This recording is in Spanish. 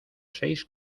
seis